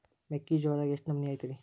ಮೆಕ್ಕಿಜೋಳದಾಗ ಎಷ್ಟು ನಮೂನಿ ಐತ್ರೇ?